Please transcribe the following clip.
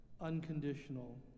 unconditional